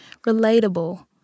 relatable